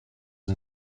and